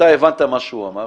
אתה הבנת מה שהוא אמר,